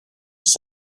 ist